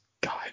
God